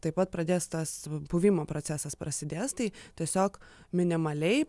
taip pat pradės tas puvimo procesas prasidės tai tiesiog minimaliai